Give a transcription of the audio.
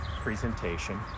presentation